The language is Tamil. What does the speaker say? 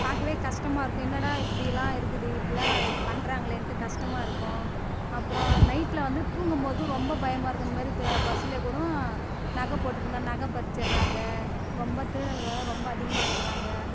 பார்க்கவே கஷ்டமாக இருக்கும் என்னடா இப்படி எல்லாம் இருக்குது இப்படிலாம் பண்ணுறாங்களேன்ட்டு கஷ்டமாக இருக்கும் அப்பறம் நைட்ல வந்து தூங்கும்போதும் ரொம்ப பயமாக இருக்கும் இந்தமேரி தே பஸ்ஸிலே கூடும் நகை போட்டிருந்தா நகை பறிச்சிடுறாங்க ரொம்ப திருடள்கள்லாம் ரொம்ப அதிகமாக இருக்குறாங்க